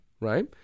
right